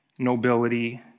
nobility